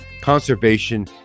Conservation